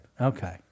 Okay